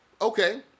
okay